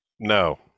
no